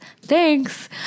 thanks